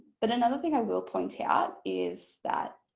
but another thing i will point out is that